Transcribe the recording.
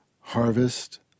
harvest